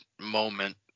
moment